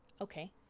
Okay